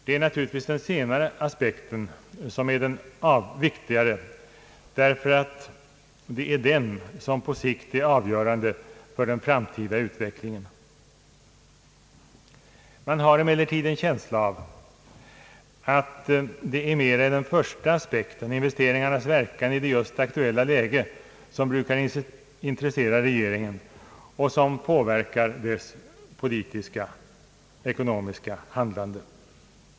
Det är naturligtvis den senare aspekten som är den viktigaste därför att det är den som på sikt är avgörande för den framtida utvecklingen. Man har emellertid en känsla av, att det är mera den första aspekten, investeringarnas verkan i det aktuella läget, som brukar intressera regeringen och som påverkar dess politiska och ekonomiska handlande.